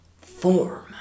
form